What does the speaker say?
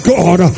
God